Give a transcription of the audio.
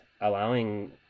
allowing